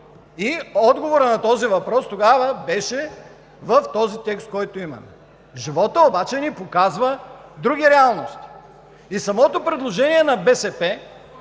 Отговорът на този въпрос тогава беше в този текст, който имаме. Животът обаче ни показва други реалности. Самото предложение на БСП,